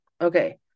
Okay